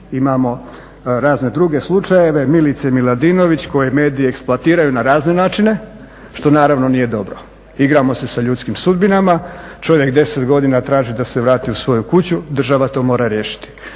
imamo razne druge slučajeve Milice Miladinović koji medij eksploatiraju na razne načine što naravno nije dobro. Igramo se sa ljudskim sudbinama. Čovjek 10 godina traži da se vrati u svoju kuću, država to mora riješiti.